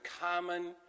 common